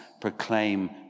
proclaim